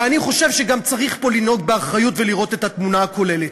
ואני חושב שגם צריך לנהוג פה באחריות ולראות את התמונה הכוללת.